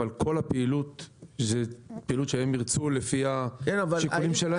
אבל כל הפעילות זאת פעילות שהם ירצו לפי השיקולים שלהם.